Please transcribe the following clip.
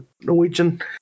Norwegian